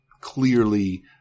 clearly